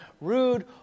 rude